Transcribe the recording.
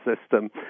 system